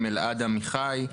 אלעד עמיחי,